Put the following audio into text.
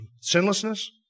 Sinlessness